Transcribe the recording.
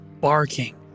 barking